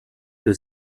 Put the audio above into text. que